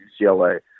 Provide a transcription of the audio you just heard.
UCLA